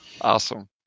Awesome